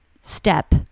step